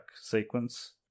sequence